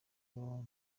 baba